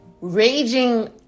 raging